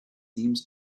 seems